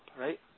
right